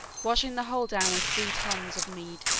washing the whole down with three tuns of mead.